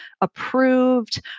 approved